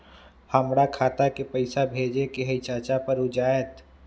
हमरा खाता के पईसा भेजेए के हई चाचा पर ऊ जाएत?